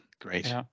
great